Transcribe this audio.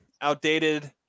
outdated